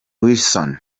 wilson